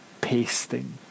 pasting